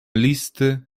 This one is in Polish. listy